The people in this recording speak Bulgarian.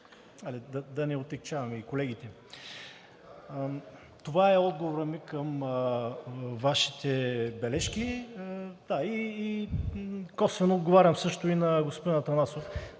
да не отегчаваме и колегите. Това е отговорът ми към Вашите бележки и косвено отговарям също и на господин Атанасов.